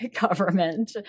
government